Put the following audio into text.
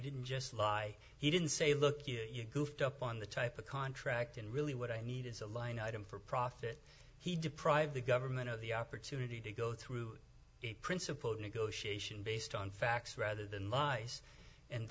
didn't just lie he didn't say look you're goofed up on the type of contract and really what i need is a line item for profit he deprive the government of the opportunity to go through a principled negotiation based on facts rather than lies and